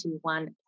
one